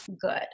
good